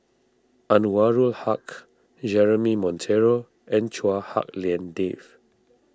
Anwarul Haque Jeremy Monteiro and Chua Hak Lien Dave